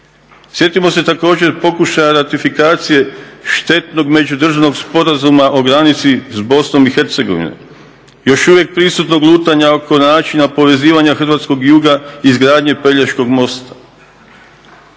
Sjetimo se također pokušaja ratifikacije štetnog međudržavnog sporazuma o granici s BiH. Još uvijek prisutnog lutanja oko načina povezivanja Hrvatskog juga, izgradnje Pelješkog mosta.